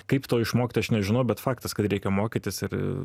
kaip to išmokti aš nežinau bet faktas kad reikia mokytis ir